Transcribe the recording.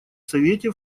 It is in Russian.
совете